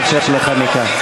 נאפשר לך מכאן.